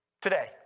today